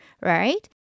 right